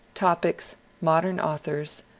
topics modem authors,